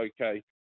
okay